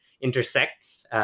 intersects